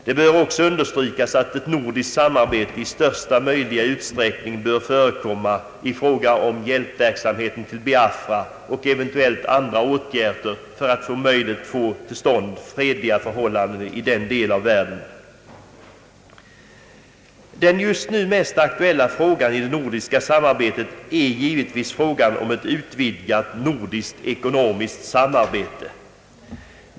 Det bör också understrykas att ett nordiskt samarbete i största möjliga utsträckning bör förekomma i fråga om hjälpverksamheten till Biafra och eventuellt andra åtgärder för att om möjligt få till stånd fredliga förhållanden i den delen av världen. Det just nu mest aktuella i det nordiska samarbetet är givetvis frågan om ett utvidgat ekonomiskt samarbete.